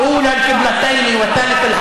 (אומר בערבית: הוא כיוון התפילה הראשון בשני כיווני